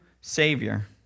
Savior